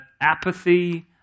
apathy